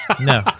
No